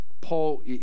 Paul